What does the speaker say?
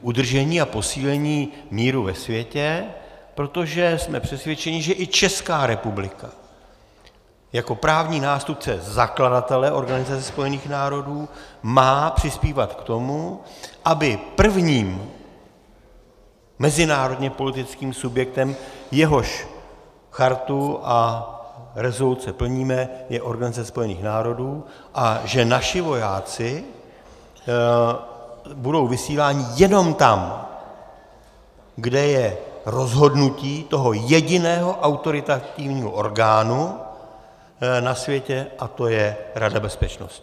udržení a posílení míru ve světě, protože jsme přesvědčeni, že i Česká republika jako právní nástupce zakladatele Organizace spojených národů má přispívat k tomu, aby prvním mezinárodněpolitickým subjektem, jehož chartu a rezoluce plníme, je Organizace spojených národů a že naši vojáci budou vysíláni jenom tam, kde je rozhodnutí toho jediného autoritativního orgánu na světě, a to je Rada bezpečnosti.